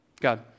God